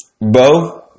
Bo